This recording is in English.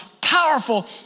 Powerful